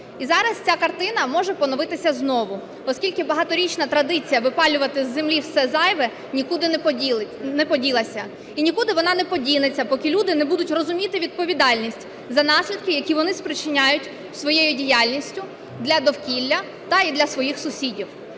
І зараз ця картина може поновитися знову, оскільки багаторічна традиція випалювати з землі все зайве нікуди не поділася. І нікуди вона не подінеться, поки люди не будуть розуміти відповідальність за наслідки, які вони спричиняють своєю діяльністю для довкілля та і для своїх сусідів.